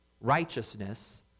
righteousness